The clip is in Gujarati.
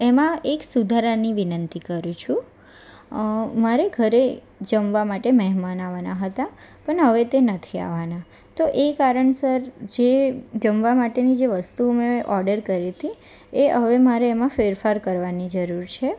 એમાં એક સુધારાની વિનંતી કરું છું મારે ઘરે જમવા માટે મહેમાન આવવાના હતા પણ હવે તે નથી આવવાના તો એ કારણસર જે જમવા માટેની જે વસ્તુ મેં ઓડર કરી હતી એ હવે મારે એમાં ફેરફાર કરવાની જરૂર છે